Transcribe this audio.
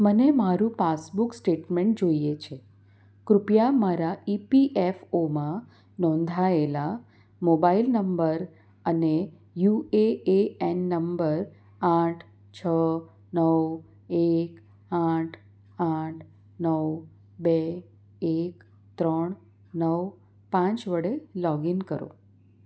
મને મારું passbook statement જોઈએ છે કૃપયા મારા ઇપીએફઓમાં નોંધાએલા મોબાઈલ નંબર અને યુએએએન નંબર આઠ છ નવ એક આઠ આઠ નવ બે એક ત્રણ નવ પાંચ વડે લોગિન કરો